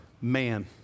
man